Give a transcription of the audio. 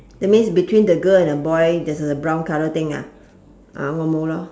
that means between the girl and the boy there's a brown colour thing ah ah wa mou lor